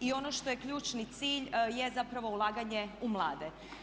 Ono što je ključni cilj jest zapravo ulaganje u mlade.